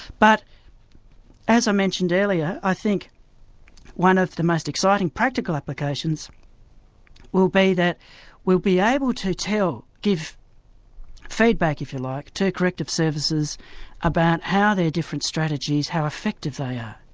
but as i mentioned earlier, i think one of the most exciting practical applications will be that we'll be able to tell, give feedback if you like, to corrective services about how their different strategies, how effective they ah